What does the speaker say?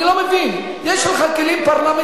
אני לא מבין, יש לך הכלים הפרלמנטריים